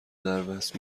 دربست